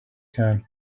can